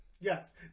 Yes